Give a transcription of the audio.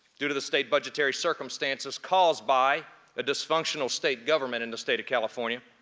due to the state budgetary circumstances caused by a dysfunctional state government in the state of california,